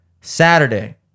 Saturday